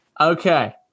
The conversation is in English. Okay